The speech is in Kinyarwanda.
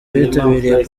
bitabiriye